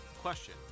Question